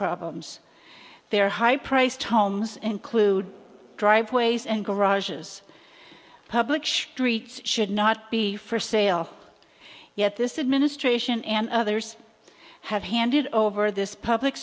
problems their high priced homes include driveways and garages public she treats should not be for sale yet this is ministration and others have handed over this public